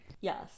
Yes